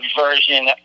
version